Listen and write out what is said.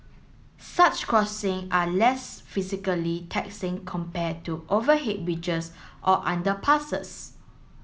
such crossing are less physically taxing compare to overhead bridges or underpasses